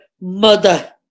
mother